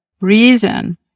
reason